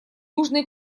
южный